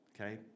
Okay